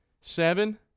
Seven